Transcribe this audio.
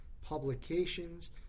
publications